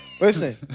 Listen